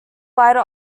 lighter